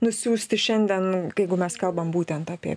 nusiųsti šiandien kai mes kalbam būtent apie